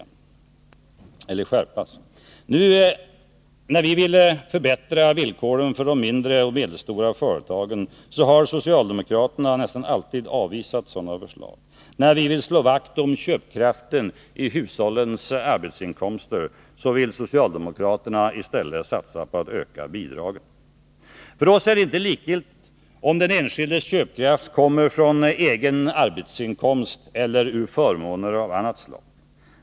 När vi har velat förbättra villkoren för de mindre och medelstora företagen, har socialdemokraterna nästan alltid avvisat sådana förslag. När vi vill slå vakt om köpkraften i hushållens arbetsinkomster, vill socialdemokraterna i stället satsa på att öka bidragen. För oss är det inte likgiltigt om den enskildes köpkraft kommer från egen arbetsinkomst eller ur förmåner av annat slag.